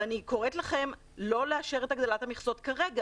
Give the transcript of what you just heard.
אני קוראת לכם לא לאשר את הגדלת המכסות כרגע